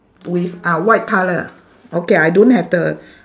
with ah white colour okay I don't have the